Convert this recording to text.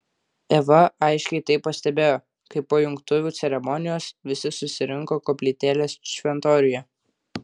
eva aiškiai tai pastebėjo kai po jungtuvių ceremonijos visi susirinko koplytėlės šventoriuje